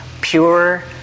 pure